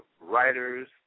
writers